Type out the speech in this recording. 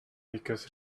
because